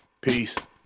Peace